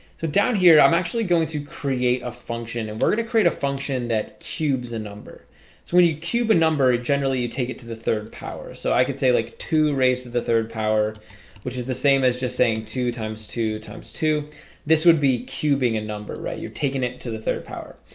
so down here i'm actually going to create a function and we're gonna create a function that cubes a number so when you cube a number generally you take it to the third power so i could say like two raised to the third power which is the same as just saying two times two times two this would be cubing a number, right? you're taking it to the third power